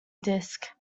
disk